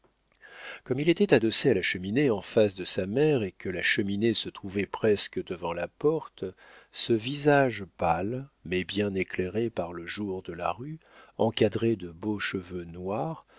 comme il était adossé à la cheminée en face de sa mère et que la cheminée se trouvait presque devant la porte ce visage pâle mais bien éclairé par le jour de la rue encadré de beaux cheveux noirs